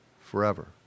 forever